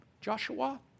Joshua